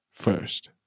first